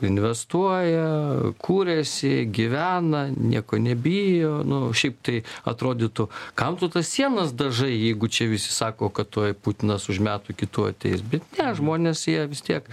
investuoja kūriasi gyvena nieko nebijo nu šiaip tai atrodytų kam tu tas sienas dažai jeigu čia visi sako kad tuoj putinas už metų kitų ateis bet ne žmonės jie vis tiek